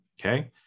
Okay